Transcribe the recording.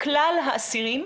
לכלל האסירים,